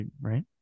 right